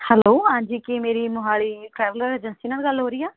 hello ਹਾਂਜੀ ਕੀ ਮੇਰੀ ਮੋਹਾਲੀ ਟਰੈਵਲਰ ਏਜੰਸੀ ਨਾਲ ਗੱਲ ਹੋ ਰਹੀ ਆ